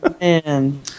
man